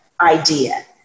idea